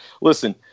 listen